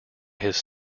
his